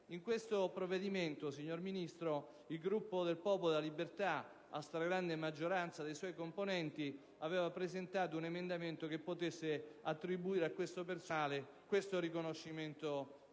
In questo provvedimento, signor Ministro, il Gruppo del Popolo della Libertà, a stragrande maggioranza dei suoi componenti, aveva presentato un emendamento finalizzato ad attribuire a detto personale il dovuto riconoscimento,